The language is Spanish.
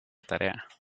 tarea